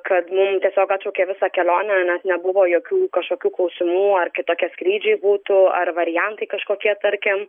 kad mum tiesiog atšaukė visą kelionę net nebuvo jokių kažkokių klausimų ar kitokie skrydžiai būtų ar variantai kažkokie tarkim